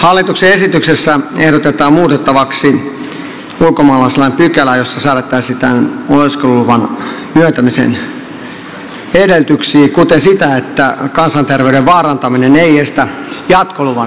hallituksen esityksessä ehdotetaan muutettavaksi ulkomaalaislain pykälää jossa säädettäisiin oleskeluluvan myöntämisen edellytyksistä kuten siitä että kansanterveyden vaarantaminen ei estä jatkoluvan myöntämistä